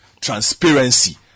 transparency